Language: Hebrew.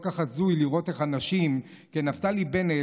כל כך הזוי לראות איך אנשים כנפתלי בנט,